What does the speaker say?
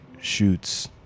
shoots